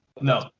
No